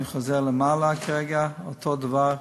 ואני חוזר למעלה כרגע על אותו דבר: